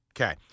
Okay